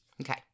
okay